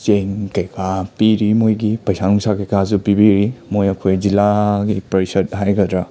ꯆꯦꯡ ꯀꯩꯀꯥ ꯄꯤꯔꯤ ꯃꯣꯏꯒꯤ ꯄꯩꯁꯥ ꯅꯨꯡꯁꯥ ꯀꯩꯀꯥꯁꯨꯨ ꯄꯤꯕꯤꯔꯤ ꯃꯣꯏ ꯑꯩꯈꯣꯏ ꯖꯤꯂꯥꯒꯤ ꯄꯔꯤꯁꯠ ꯍꯥꯏꯒꯗ꯭ꯔꯥ